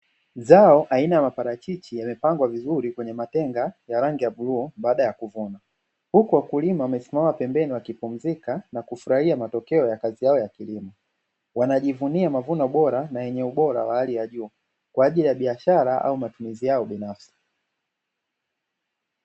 Zao aina ya maparachichi yamepangwa vizuri kwenye matenga ya rangi ya bluu baada ya kuvuna, huku wakulima wamesimama pembeni wakipumzika na kufurahia matokeo ya kazi yao ya kilimo, wanajivunia mavuno bora na yenye ubora wa hali ya juu kwa ajili ya biashara au matumizi yao binafsi.